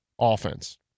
offense